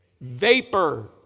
vapor